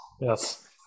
Yes